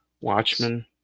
Watchmen